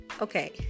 Okay